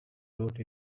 wrote